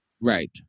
Right